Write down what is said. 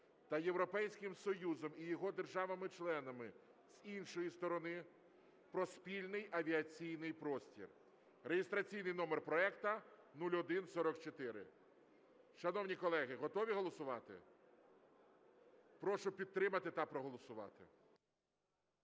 та Європейським союзом і його державами-членами, з іншої сторони, про спільний авіаційний простір (реєстраційний номер проекту 0144). Шановні колеги, готові голосувати? Прошу підтримати та проголосувати.